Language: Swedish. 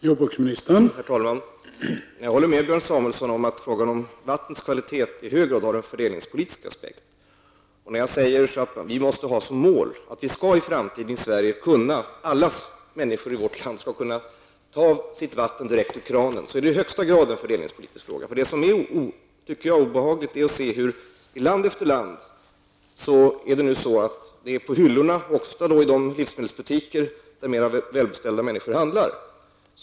Herr talman! Jag håller med Björn Samuelson om att frågan om vattnets kvalitet i hög grad har en fördelningspolitisk aspekt. Vi måste ha som mål att alla människor i vårt land i framtiden skall kunna ta sitt vatten direkt ur kranen. Detta är i högsta grad en fördelningspolitisk fråga. Det är obehagligt att se att vatten på flaska i land efter land finns att köpa i de livsmedelsbutiker där mer välbeställda människor handlar.